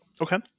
Okay